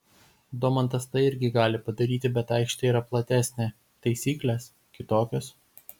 domantas tą irgi gali padaryti bet aikštė yra platesnė taisyklės kitokios